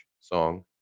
song